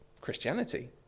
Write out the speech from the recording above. Christianity